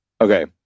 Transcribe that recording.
Okay